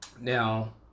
Now